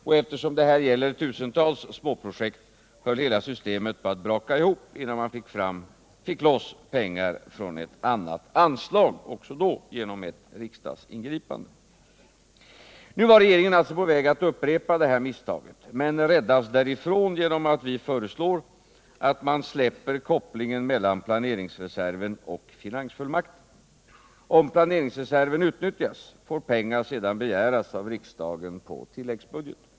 Och eftersom det här gäller tusentals små projekt, höll hela systemet på att braka ihop innan man fick loss pengar från ett annat anslag, också det genom ett riksdagens ingripande. Nu var regeringen alltså på väg att upprepa detta misstag men räddades därifrån genom vårt förslag att man släpper kopplingen mellan planeringsreserven och finansfullmakten. Om planeringsreserven utnyttjas, får pengar sedan begäras av riksdagen på tilläggsbudget.